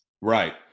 Right